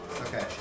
Okay